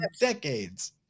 decades